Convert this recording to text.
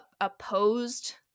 opposed